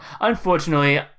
unfortunately